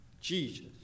Jesus